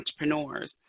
entrepreneurs